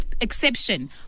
exception